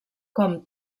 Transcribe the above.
com